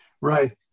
Right